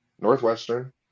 Northwestern